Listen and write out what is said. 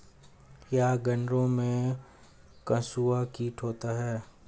क्या गन्नों में कंसुआ कीट होता है?